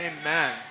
Amen